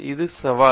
இது ஒரு சவால்